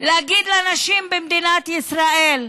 להגיד לנשים במדינת ישראל: